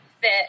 fit